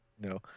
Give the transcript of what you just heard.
No